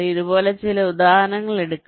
ഇതുപോലെ ചില ഉദാഹരണങ്ങൾ എടുക്കാം